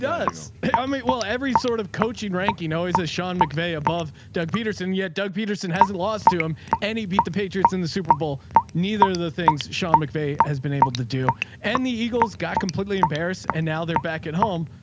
does. i mean, well, every sort of coaching rank, you know, he's a sean mcvay above doug peterson yet doug peterson, hasn't lost to him any beat the patriots in the superbowl. neither of the things sean mcvey has been able to do and the eagles got completely embarrassed and now they're back at home.